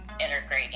integrating